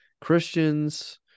Christians